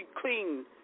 clean